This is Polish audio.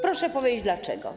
Proszę powiedzieć dlaczego.